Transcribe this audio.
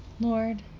Lord